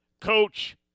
Coach